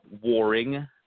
warring